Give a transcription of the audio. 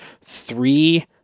three